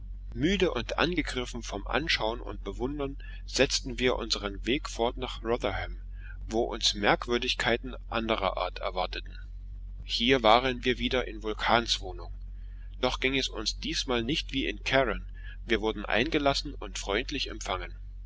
müde und angegriffen vom anschauen und bewundern setzten wir unseren weg fort nach rotherham wo uns merkwürdigkeiten anderer art erwarteten hier waren wir wieder in vulkans wohnung doch ging es uns diesmal nicht wie in carron wir wurden eingelassen und freundlich empfangen